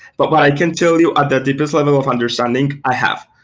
but what i can tell you at the deepest level of understanding i have.